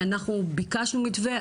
אנחנו ביקשנו מתווה,